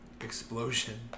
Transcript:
explosion